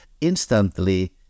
instantly